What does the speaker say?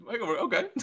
okay